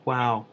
Wow